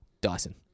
Dyson